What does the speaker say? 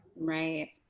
Right